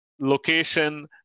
location